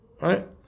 Right